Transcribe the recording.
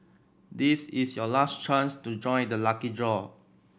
this is your last chance to join the lucky draw